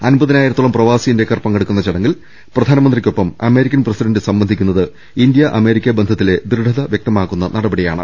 അൻപതിനായിര ത്തോളം പ്രവാസി ഇന്ത്യക്കാർ പങ്കെടുക്കുന്ന ചടങ്ങിൽ പ്രധാനമന്ത്രിക്കൊപ്പം അമേരിക്കൻ പ്രസിഡന്റ് സംബന്ധിക്കുന്നത് ഇന്ത്യ അമേരിക്ക ബന്ധത്തിലെ ദൃഢത വ്യക്തമാക്കുന്ന നടപടിയാണ്